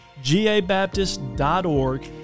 gabaptist.org